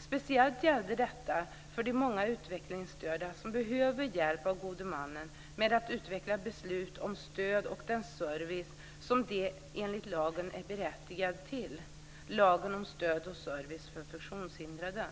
Speciellt gällde detta för de många utvecklingsstörda som behövde hjälp av gode mannen med att utveckla beslut om stöd och om den service som de enligt lagen är berättigade till - lagen om stöd och service för funktionshindrade.